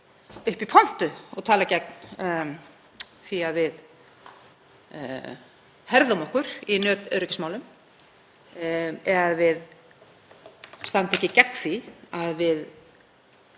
upp í pontu og tala gegn því að við herðum okkur í netöryggismálum, standa ekki gegn því að við